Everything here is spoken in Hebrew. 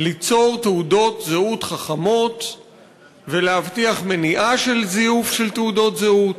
ליצור תעודות זהות חכמות ולהבטיח מניעה של זיוף תעודות זהות.